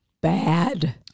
bad